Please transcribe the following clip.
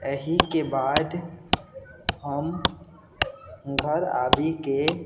एहिके बाद हम घर आबिके